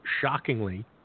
shockingly